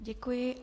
Děkuji.